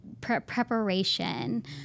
preparation